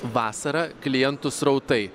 vasarą klientų srautai